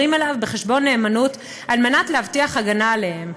אליו בחשבון נאמנות על מנת להבטיח הגנה עליהם.